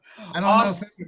Awesome